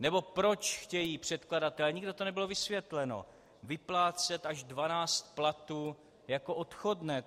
Nebo proč chtějí předkladatelé a nikde to nebylo vysvětleno vyplácet až 12 platů jako odchodné.